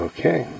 Okay